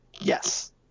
Yes